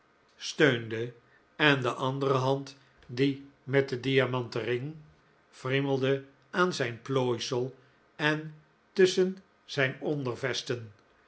steunde en de andere hand die met den diamanten ring friemelde aan zijn plooisel en tusschen zijn